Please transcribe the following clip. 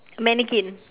mannequin